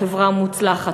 חברה מוצלחת,